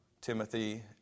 Timothy